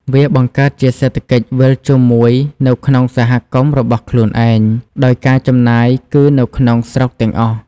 វាបង្កើតជាសេដ្ឋកិច្ចវិលជុំមួយនៅក្នុងសហគមន៍របស់ខ្លួនឯង ដោយការចំណាយគឺនៅក្នុងស្រុកទាំងអស់។